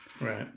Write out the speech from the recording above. right